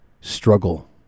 struggle